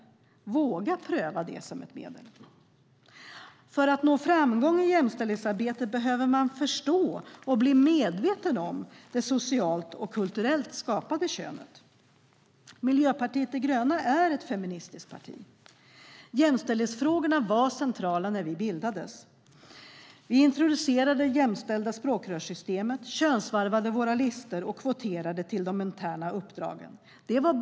Våga pröva den som ett medel! För att nå framgång i jämställdhetsarbetet behöver man förstå och bli medveten om det socialt och kulturellt skapade könet. Miljöpartiet de gröna är ett feministiskt parti. Jämställdhetsfrågorna var centrala när vårt parti bildades. Vi introducerade det jämställda språkrörssystemet, och vi könsvarvade våra listor och kvoterade till de interna uppdragen.